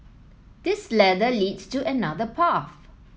this ladder leads to another path